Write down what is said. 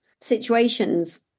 situations